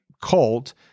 cult